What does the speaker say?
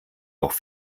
auch